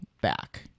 back